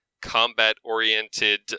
combat-oriented